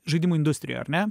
žaidimų industrijoj ar ne